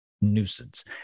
nuisance